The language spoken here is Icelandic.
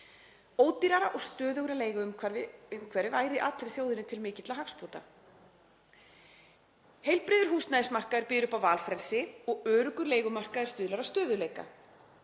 Ódýrara og stöðugra umhverfi væri allri þjóðinni til mikilla hagsbóta. Heilbrigður húsnæðismarkaður býður upp á valfrelsi og öruggur leigumarkaður stuðlar að stöðugleika.